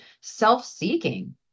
self-seeking